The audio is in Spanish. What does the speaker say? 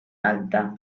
alta